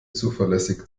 zuverlässig